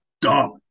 dumb